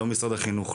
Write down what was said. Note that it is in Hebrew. לא משרד החינוך,